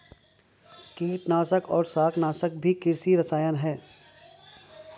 कीटनाशक और शाकनाशी भी कृषि रसायन हैं